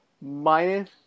minus